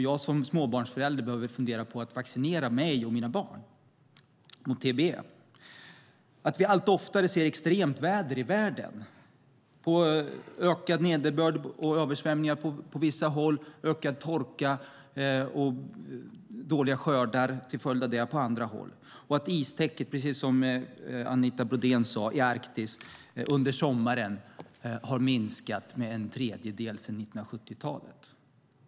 Jag som småbarnsförälder behöver fundera på att vaccinera mig och mina barn mot TBE. Allt oftare ser vi extremt väder i världen, ökad nederbörd och översvämningar på vissa håll, ökad torka och dåliga skördar till följd av det på andra håll. Precis som Anita Brodén sade har istäcket i Arktis under sommaren minskat med en tredjedel sedan 1970-talet.